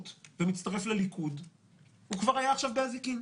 ומצטרף לליכוד הוא כבר היה עכשיו באזיקים.